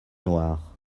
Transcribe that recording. noires